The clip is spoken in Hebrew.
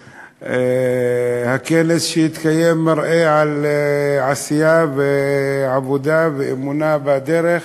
והכנס שהתקיים מלמד על עשייה ועבודה ואמונה בדרך,